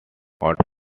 out